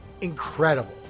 incredible